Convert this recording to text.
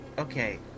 Okay